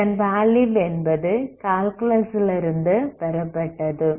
இதன் வேல்யூ என்பது கால்குலஸ் லிருந்து பெறப்பட்டது